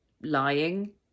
lying